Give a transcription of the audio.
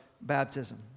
baptism